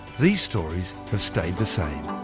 these stories have stayed the same